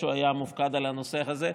כשהוא היה מופקד על הנושא הזה.